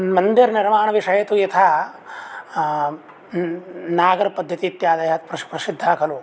मन्दिरनिर्माणविषये तु यथा नागरपद्धतिः इत्यादयः प्र प्रसिद्धाः खलु